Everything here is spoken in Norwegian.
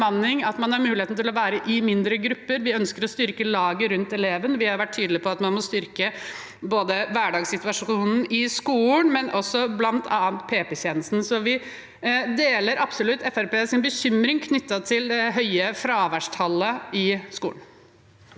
at man har muligheten til å være i mindre grupper. Vi ønsker å styrke laget rundt eleven. Vi har vært tydelige på at man må styrke både hverdagssituasjonen i skolen og også bl.a. PP-tjenesten. Vi deler absolutt Fremskrittspartiets bekymring knyttet til det høye fraværstallet i skolen.